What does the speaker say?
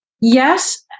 Yes